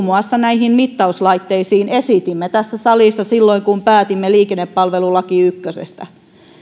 muassa näihin mittauslaitteisiin esitimme tässä salissa silloin kun päätimme liikennepalvelulaki ykkösestä